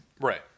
Right